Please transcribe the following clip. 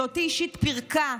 שאותי אישית פירקה,